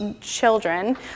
children